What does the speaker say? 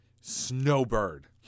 snowbird